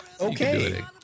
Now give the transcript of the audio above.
Okay